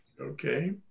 Okay